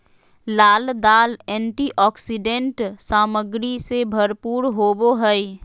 लाल दाल एंटीऑक्सीडेंट सामग्री से भरपूर होबो हइ